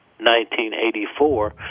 1984